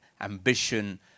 ambition